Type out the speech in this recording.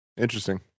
interesting